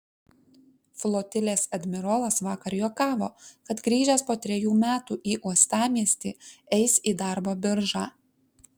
flotilės admirolas vakar juokavo kad grįžęs po trejų metų į uostamiestį eis į darbo biržą